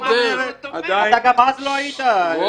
אתה גם אז לא היית, חבר הכנסת בגין?